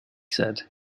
said